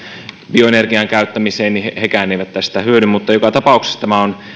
bioenergian käyttämiseen eivät tästä hyödy mutta joka tapauksessa tämä on